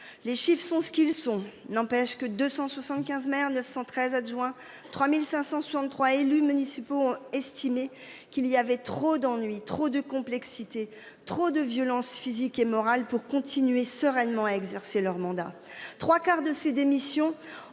Les chiffres sont ce qu'ils sont. N'empêche que 275 913 adjoints, 3563 élus municipaux ont estimé qu'il y avait trop d'ennuis trop de complexité, trop de violence physique et morales pour continuer sereinement à exercer leur mandat. Trois quarts de ces démissions ont